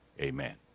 Amen